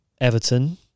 Everton